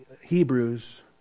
Hebrews